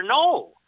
No